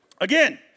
again